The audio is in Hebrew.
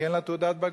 כי אין לה תעודת בגרות,